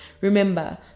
remember